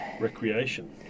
recreation